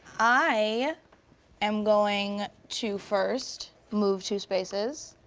i am going to first move two spaces.